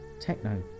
techno